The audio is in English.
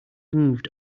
moved